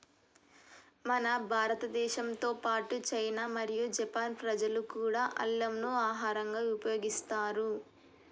మన భారతదేశంతో పాటు చైనా మరియు జపాన్ ప్రజలు కూడా అల్లంను ఆహరంగా ఉపయోగిస్తారు